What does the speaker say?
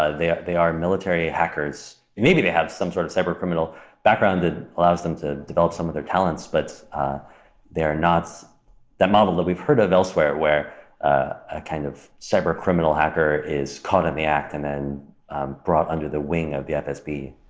they are they are military hackers. maybe they have some sort of cyber criminal background that allows them to develop some of their talents, but they are not that model that we've heard of elsewhere where a kind of cyber criminal hacker is caught in the act and then brought under the wing of the fsb.